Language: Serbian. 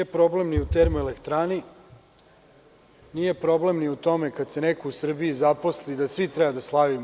Nije problem ni u termoelektrani, nije problem ni u tome kada se neko u Srbiji zaposli, da svi treba da slavimo.